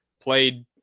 played